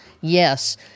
Yes